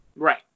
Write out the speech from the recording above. Right